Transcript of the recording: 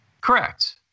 Correct